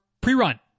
pre-run